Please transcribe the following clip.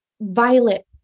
violet